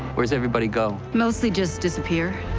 where's everybody go? mostly just disappear.